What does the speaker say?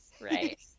Right